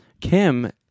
kim